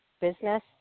business